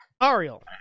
Ariel